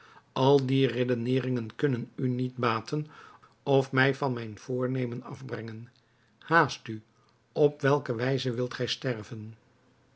alle die redeneringen kunnen u niet baten of mij van mijn voornemen afbrengen haast u op welke wijze wilt gij sterven